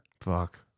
Fuck